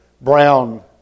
brown